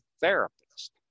therapist